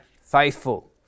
faithful